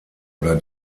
oder